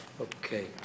Okay